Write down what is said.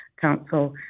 council